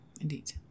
indeed